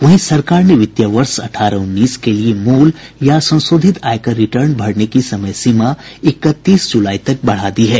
वहीं सरकार ने वित्तीय वर्ष अठारह उन्नीस के लिये मूल या संशोधित आयकर रिटर्न भरने की समयसीमा इकतीस ज़ुलाई तक बढ़ा दी है